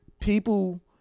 people